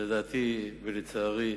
לדעתי ולצערי,